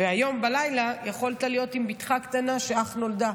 והיום בלילה יכולת להיות עם בתך הקטנה שאך נולדה,